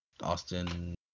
Austin